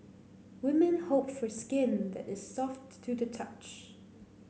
women hope for skin that is soft to the touch